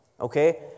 okay